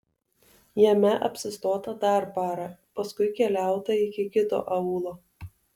jame apsistota dar parą paskui keliauta iki kito aūlo